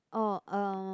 oh uh